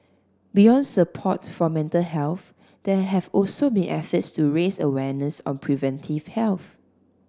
beyond support for mental health there have also been efforts to raise awareness on preventive health